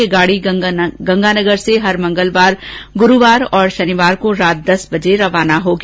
ये गाडी गंगानगर से हर मंगलवार गुरूवार और शनिवार को रात दस बजे रवाना होगी